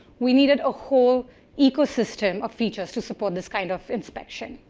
we needed a whole ecosystem of features to support this kind of inspection.